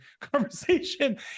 conversation